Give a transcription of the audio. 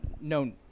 No –